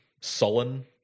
sullen